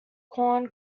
corn